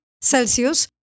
Celsius